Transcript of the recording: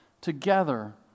together